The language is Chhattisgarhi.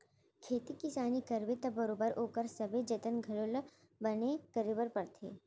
खेती किसानी करबे त बरोबर ओकर सबे जतन घलौ ल बने करे बर परथे